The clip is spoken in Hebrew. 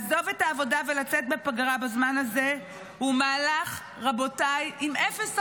לעזוב את העבודה ולצאת לפגרה בזמן הזה הוא מהלך עם אפס אחריות,